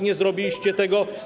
Nie zrobiliście tego.